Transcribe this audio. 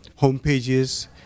homepages